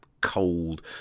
cold